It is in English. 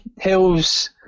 Hill's